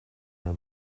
her